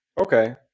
Okay